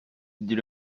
dit